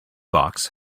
box